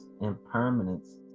Impermanence